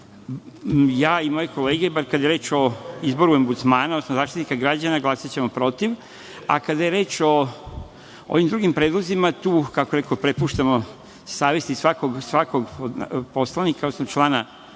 ja i moje kolege, bar kada je reč o izboru ombudsmana, odnosno Zaštitnika građana, glasaćemo protiv, a kada je reč o drugim predlozima, tu prepuštamo savest svakom od poslanika, odnosno člana